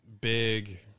big